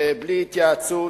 בלי התייעצות.